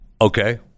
Okay